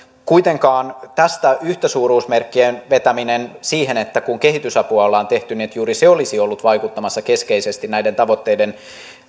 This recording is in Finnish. kuitenkaan tästä yhtäsuuruusmerkkien vetäminen siihen että kun kehitysapua ollaan tehty niin juuri se olisi ollut vaikuttamassa keskeisesti näiden tavoitteiden